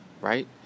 Right